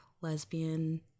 lesbian